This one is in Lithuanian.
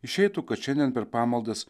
išeitų kad šiandien per pamaldas